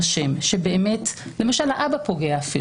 למשל האבא פוגע,